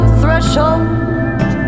threshold